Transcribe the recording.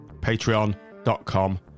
patreon.com